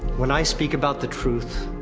when i speak about the truth.